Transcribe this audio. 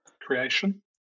creation